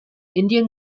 indian